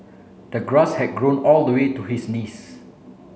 the grass had grown all the way to his knees